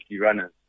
runners